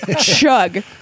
chug